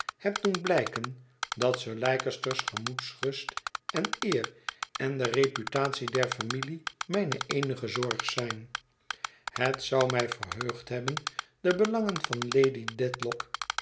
heb doen blijken dat sir leicester's gemoedsrust en eer en de reputatie der familie mijne eenige zorg zijn het zou mij verheugd hebben de belangen van lady